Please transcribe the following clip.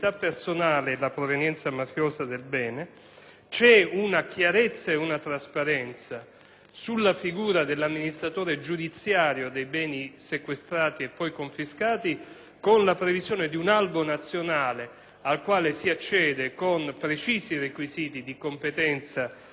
una chiarezza ed una trasparenza della figura dell'amministratore giudiziario dei beni sequestrati e poi confiscati, con la previsione di un albo nazionale cui si accede con precisi requisiti di competenza e di affidabilità personale.